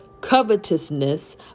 covetousness